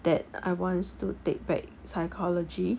that I wants to take back psychology